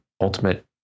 ultimate